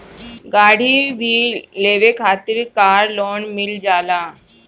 गाड़ी भी लेवे खातिर कार लोन मिल जाला